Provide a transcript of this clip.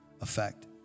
effect